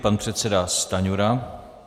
Pan předseda Stanjura.